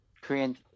Korean